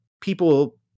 people